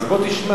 אז בוא תשמע.